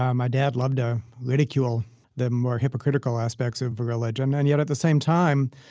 um my dad loved to ridicule the more hypocritical aspects of religion and yet, at the same time,